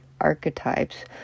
archetypes